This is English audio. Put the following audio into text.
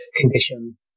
condition